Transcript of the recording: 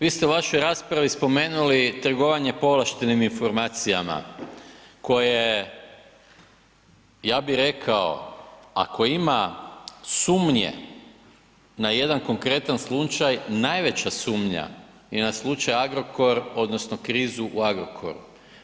Vi ste u vašoj raspravi spomenuli trgovanje povlaštenim informacijama koje ja bih rekao, ako ima sumnje na jedan konkretan slučaj, najveća sumnja i na slučaj Agrokor, odnosno krizu u Agrokoru.